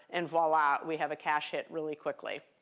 and voila, we have a cache hit really quickly.